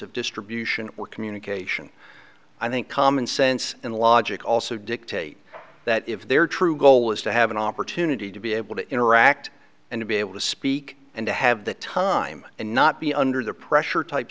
of distribution or communication i think common sense and logic also dictate that if their true goal is to have an opportunity to be able to interact and to be able to speak and to have the time and not be under the pressure type